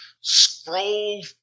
scroll